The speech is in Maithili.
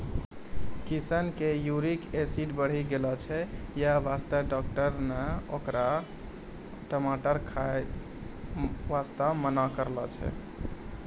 किशन के यूरिक एसिड बढ़ी गेलो छै यही वास्तॅ डाक्टर नॅ होकरा टमाटर खाय वास्तॅ मना करनॅ छै